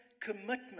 commitment